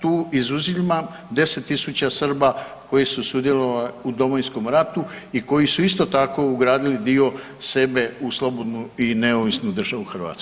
Tu izuzimam 10 000 Srba koji su sudjelovali u Domovinskom ratu i koji su isto tako ugradili dio sebe u slobodnu i neovisnu državu Hrvatsku.